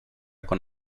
con